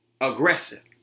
aggressive